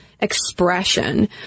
expression